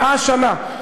100 שנה.